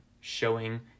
showing